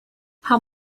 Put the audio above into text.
how